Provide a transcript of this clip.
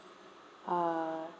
uh